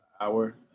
Hour